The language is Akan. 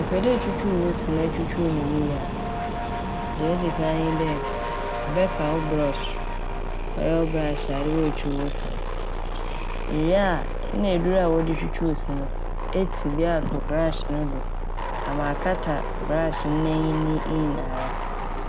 Epɛ dɛ etwutwuw wo se na etwutwuw ne yie a, dza odzikan nye dɛ ɛbɛfa wo brɔhye ɔyɛ wo "brush" a ede botwutwuuw wo se no. Iwie a na edur a wɔde twutwuuw se no etsi bi ato "brush" no do ama akata "brush" n'enyi ne nyinara